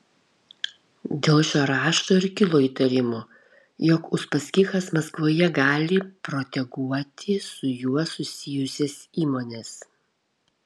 dėl šio rašto ir kilo įtarimų jog uspaskichas maskvoje gali proteguoti su juo susijusias įmones